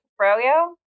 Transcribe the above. froyo